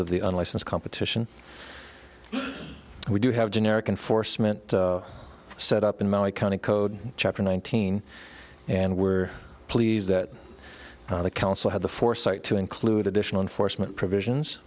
of the unlicensed competition we do have generic and force mint set up in my county code chapter nineteen and we're pleased that the council had the foresight to include additional unfortunate provisions